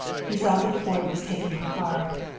he saw that the boy was taking it hard.